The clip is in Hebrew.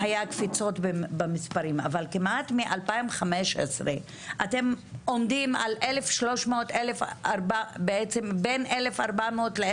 אבל כמעט מ-2015 אתם עומדים על 1,500-1,400 וזה